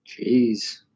Jeez